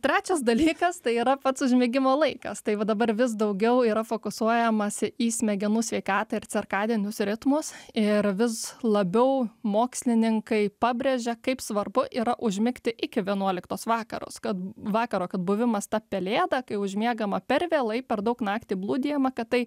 trečias dalykas tai yra pats užmigimo laikas tai va dabar vis daugiau yra fokusuojamasi į smegenų sveikatą ir cirkadinius ritmus ir vis labiau mokslininkai pabrėžia kaip svarbu yra užmigti iki vienuoliktos vakaros kad vakaro kad buvimas ta pelėda kai užmiegama per vėlai per daug naktį blūdijama kad tai